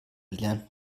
lernt